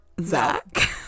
Zach